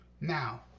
Now